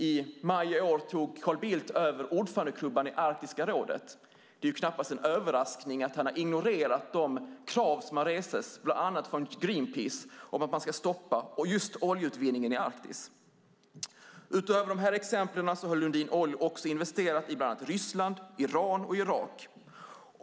I maj i år tog Carl Bildt över ordförandeklubban i Arktiska rådet. Det är knappast en överraskning att han har ignorerat de krav som rests, bland annat från Greenpeace, på att man ska stoppa oljeutvinningen i Arktis. Utöver dessa exempel har Lundin Oil också investerat i bland annat Ryssland, Iran och Irak.